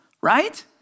Right